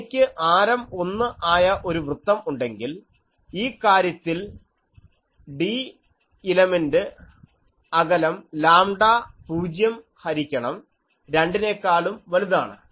എനിക്ക് ആരം ഒന്ന് ആയ ഒരു വൃത്തം ഉണ്ടെങ്കിൽ ഈ കാര്യത്തിൽ d ഇലമെന്റ് അകലം ലാംഡ 0 ഹരിക്കണം 2 നേക്കാളും വലുതാണ്